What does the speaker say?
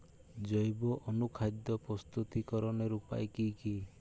জৈব অনুখাদ্য প্রস্তুতিকরনের উপায় কী কী?